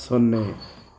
ಸೊನ್ನೆ